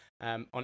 on